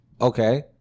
Okay